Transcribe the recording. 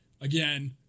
again